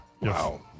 Wow